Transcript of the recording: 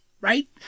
right